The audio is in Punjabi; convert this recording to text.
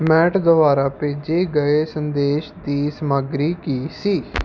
ਮੈਟ ਦੁਆਰਾ ਭੇਜੇ ਗਏ ਸੰਦੇਸ਼ ਦੀ ਸਮੱਗਰੀ ਕੀ ਸੀ